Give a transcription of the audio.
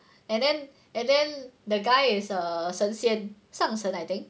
and then and then the guy is err 神仙上神 I think